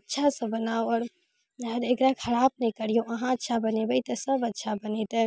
अच्छासँ बनाउ आओर एकरा खराब नहि करियौ अहाँ अच्छा बनेबै तऽ सब अच्छा बनेतै